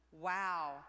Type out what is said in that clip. Wow